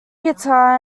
guitar